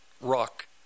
rock